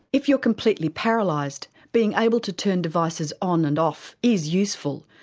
if you're completely paralysed, being able to turn devices on and off is useful.